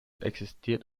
existiert